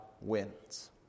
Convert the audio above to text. wins